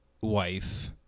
wife